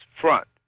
front